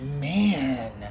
man